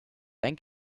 dein